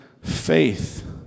faith